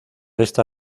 esta